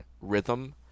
rhythm